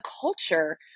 culture